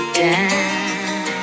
down